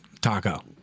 taco